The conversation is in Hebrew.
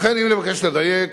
לכן, אם נבקש לדייק,